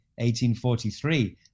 1843